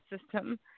system